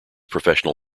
professional